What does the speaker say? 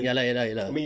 ya lah ya lah ya lah